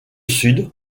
sud